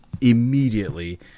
immediately